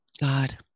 God